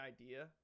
idea